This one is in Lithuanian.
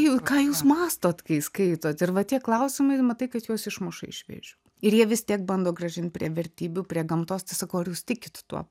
jau ką jūs mąstot kai skaitot ir va tie klausimai matai kad juos išmuša iš vėžių ir jie vis tiek bando grąžint prie vertybių prie gamtos tai sakau jūs tikit tuo